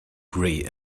grey